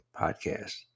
podcast